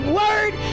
word